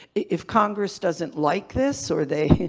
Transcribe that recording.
if congress doesn't like this or they.